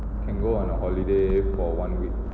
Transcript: can go on a holiday for one week